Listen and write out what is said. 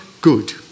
Good